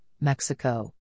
Mexico